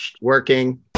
Working